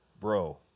bro